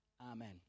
Amen